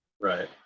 Right